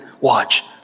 watch